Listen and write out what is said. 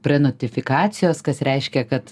prenutifikacijos kas reiškia kad